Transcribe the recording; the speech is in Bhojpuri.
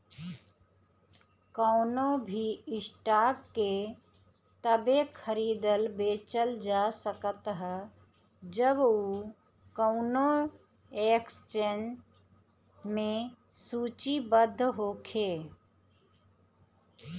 कवनो भी स्टॉक के तबे खरीदल बेचल जा सकत ह जब उ कवनो एक्सचेंज में सूचीबद्ध होखे